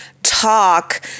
Talk